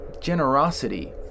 generosity